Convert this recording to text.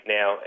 Now